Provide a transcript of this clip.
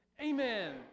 amen